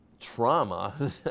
trauma